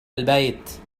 البيت